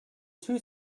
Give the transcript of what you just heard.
two